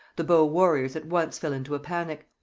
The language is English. the bow warriors at once fell into a panic.